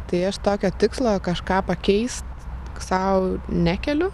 tai aš tokio tikslo kažką pakeist sau nekeliu